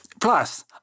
Plus